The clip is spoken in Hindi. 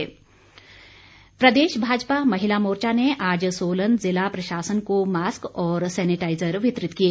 महिला मोर्चा प्रदेश भाजपा महिला मोर्चा ने आज सोलन ज़िला प्रशासन को मास्क और सैनिटाइज़र वितरित किए